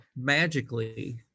magically